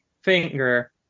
finger